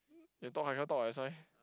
you talk lah I cannot talk that's why